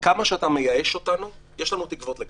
אבל כמה שאתה מייאש אותנו, יש לנו תקוות לגביך.